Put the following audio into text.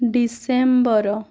December